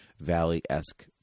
valley-esque